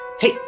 Hey